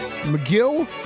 McGill